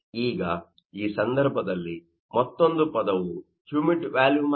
ಈಗ ಈ ಸಂದರ್ಭದಲ್ಲಿ ಮತ್ತೊಂದು ಪದವು ಹ್ಯೂಮಿಡ್ ವ್ಯಾಲುಮ್Humid volume ಆಗಿದೆ